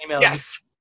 yes